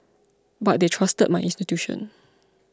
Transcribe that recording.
but they trusted my intuition